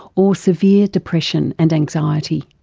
or severe depression and anxiety.